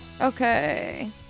okay